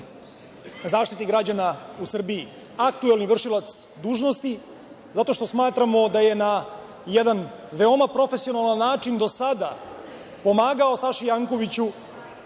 Zaštitnik građana u Srbiji, aktuelni vršilac dužnosti, zato što smatramo da je na jedan veoma profesionalan način do sada pomagao Saši Jankoviću